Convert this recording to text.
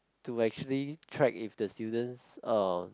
to actually track if the students uh